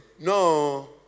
no